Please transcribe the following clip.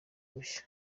bushya